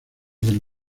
del